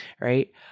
right